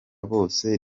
bose